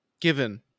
given